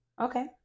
Okay